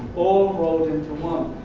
all rolled into one.